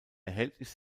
erhältlich